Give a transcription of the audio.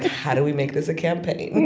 how do we make this a campaign?